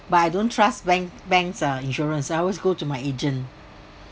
but I don't trust bank banks uh insurance I always go to my agent